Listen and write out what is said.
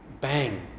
bang